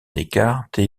descartes